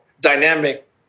dynamic